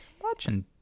watching